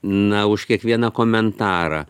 na už kiekvieną komentarą